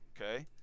okay